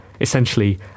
essentially